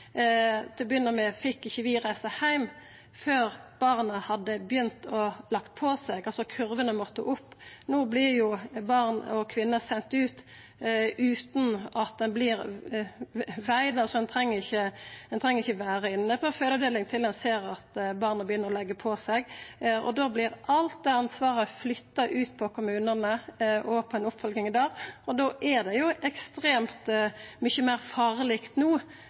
Til å begynna med fekk vi ikkje reisa heim før barnet hadde begynt å leggja på seg; kurvene måtte altså opp. No vert barn og kvinne sende ut utan at barnet vert vege. Ein treng ikkje å vera inne på fødeavdelinga til ein ser at barnet begynner å leggja på seg. Da vert alt det ansvaret flytta ut til kommunane og oppfølginga der, og da er det jo ekstremt mykje